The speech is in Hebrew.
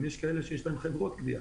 יש כאלו שיש להם חברות גבייה